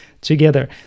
together